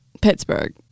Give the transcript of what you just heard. pittsburgh